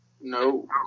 No